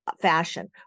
fashion